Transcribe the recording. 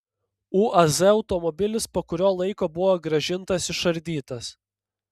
uaz automobilis po kurio laiko buvo grąžintas išardytas